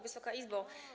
Wysoka Izbo!